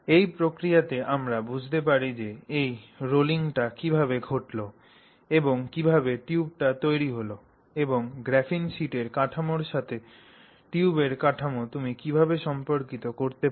এই প্রক্রিয়াতে আমরা বুঝতে পারি যে সেই রোলিংটি কীভাবে ঘটল এবং কীভাবে টিউবটি তৈরি হল এবং গ্রাফিন শীটের কাঠামোর সাথে টিউবের কাঠামো তুমি কীভাবে সম্পর্কিত করতে পার